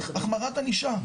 על החמרת ענישה.